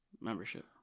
membership